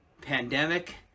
pandemic